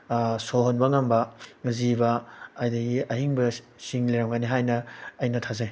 ꯁꯣꯔ ꯍꯣꯟꯕ ꯉꯝꯕ ꯖꯤꯕ ꯑꯗꯒꯤ ꯑꯍꯤꯡꯕ ꯁꯤꯡ ꯂꯩꯔꯝꯒꯅꯤ ꯍꯥꯏꯅ ꯑꯩꯅ ꯊꯥꯖꯩ